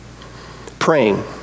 Praying